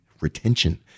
retention